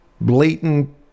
blatant